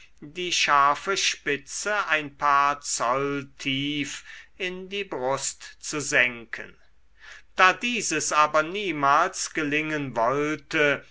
die scharfe spitze ein paar zoll tief in die brust zu senken da dieses aber niemals gelingen wollte